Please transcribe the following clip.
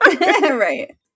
Right